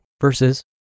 versus